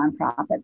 nonprofits